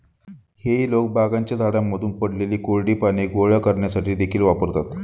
हेई लोक बागांच्या झाडांमधून पडलेली कोरडी पाने गोळा करण्यासाठी देखील वापरतात